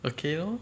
okay lor